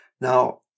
Now